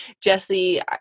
Jesse